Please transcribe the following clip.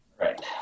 Right